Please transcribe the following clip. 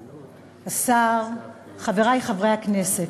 השר, חברי חברי הכנסת,